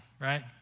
right